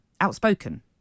outspoken